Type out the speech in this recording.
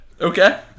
okay